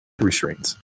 restraints